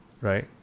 right